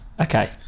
Okay